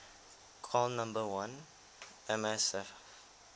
call number one M_S_F